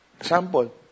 Example